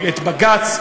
את בג"ץ,